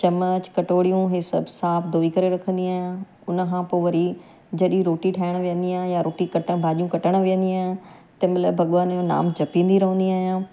चमिच कटोरियूं इहे सभु साफ़ु धोई करे रखंदी आहियां हुन खां पोइ वरी जॾहिं रोटी ठाहिणु वेहंदी आहियां या रोटी कट भाॼियूं कटणु वेहंदी आहियां तंहिंमहिल भॻवान जो नाम जपींदी रहंदी आहियां